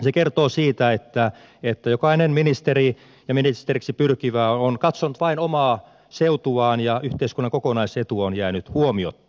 se kertoo siitä että jokainen ministeri ja ministeriksi pyrkivä on katsonut vain omaa seutuaan ja yhteiskunnan kokonaisetu on jäänyt huomiotta